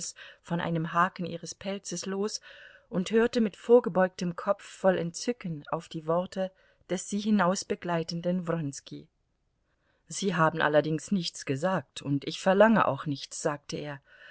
von einem haken ihres pelzes los und hörte mit vorgebeugtem kopf voll entzücken auf die worte des sie hinausbegleitenden wronski sie haben allerdings nichts gesagt und ich verlange auch nichts sagte er